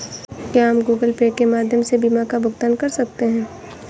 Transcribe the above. क्या हम Google Pay के माध्यम से बीमा का भुगतान कर सकते हैं?